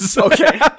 Okay